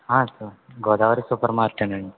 sir Godavari super మార్కటేనండి